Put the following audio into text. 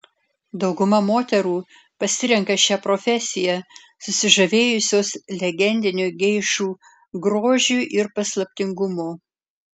dauguma moterų pasirenka šią profesiją susižavėjusios legendiniu geišų grožiu ir paslaptingumu